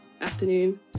afternoon